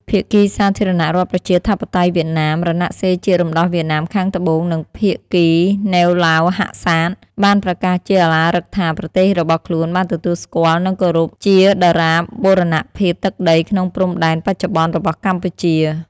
ភាគីសាធារណរដ្ឋប្រជាធិបតេយ្យវៀតណាម-រណសិរ្សជាតិរំដោះវៀតណាមខាងត្បូង និងភាគី ណេវ ឡាវ ហាក់សាត បានប្រកាសជាឧឡារិកថា ប្រទេសរបស់ខ្លួន បានទទួលស្គាល់ និងគោរពជាដរាបបូរណភាពទឹកដីក្នុងព្រំដែនបច្ចុប្បន្នរបស់កម្ពុជា។